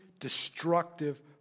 destructive